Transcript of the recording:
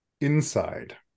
Inside